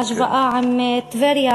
בהשוואה עם טבריה,